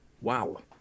wow